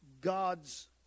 God's